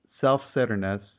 self-centeredness